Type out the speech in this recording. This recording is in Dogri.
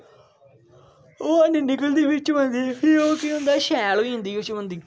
ओह् है नेई निकलदी फिर चमुदी फिर ओह् केह् होंदा शैल होई जंदी चमुंदी